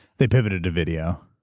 they pivoted to video.